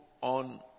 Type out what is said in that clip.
on